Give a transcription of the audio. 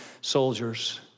soldiers